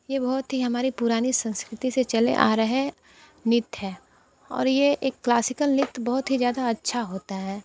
ये बहुत ही हमारी पुरानी संस्कृति से चले आ रहे नृत्य है और ये एक क्लासिकल नृत्य बहुत ही ज़्यादा अच्छा होता है